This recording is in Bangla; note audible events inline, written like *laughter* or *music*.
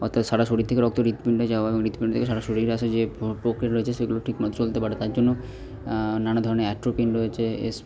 বা তার সারা শরীর থেকে রক্ত হৃৎপিণ্ডে যাওয়া এবং হৃৎপিণ্ড থেকে সারা শরীরে আসার যে প্রক্রিয়া রয়েছে সেগুলো ঠিক মতো চলতে পারে তার জন্য নানা ধরনের অ্যাট্রোপিন রয়েছে *unintelligible*